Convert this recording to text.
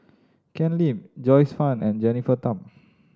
Ken Lim Joyce Fan and Jennifer Tham